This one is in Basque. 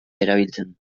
erabiltzen